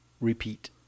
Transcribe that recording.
repeat